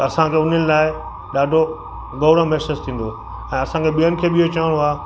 त असांखे उन लाइ ॾाढो गौरव महसूस थींदो ऐं असांखे ॿियनि खे बि इहो चवणो आहे